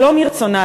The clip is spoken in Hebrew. שלא מרצונה,